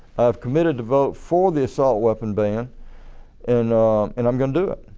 i've committed to vote for the assault weapon ban and and i'm going to do it.